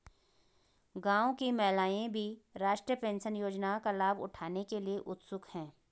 गांव की महिलाएं भी राष्ट्रीय पेंशन योजना का लाभ उठाने के लिए उत्सुक हैं